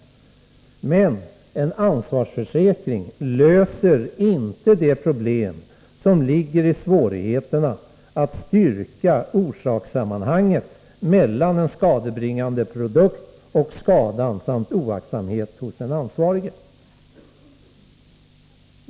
Men en ansvarsförsäkring löser inte det problem som ligger i svårigheterna att styrka orsakssammanhanget mellan den skadebringande produkten och skadan samt oaktsamhet hos den ansvarige.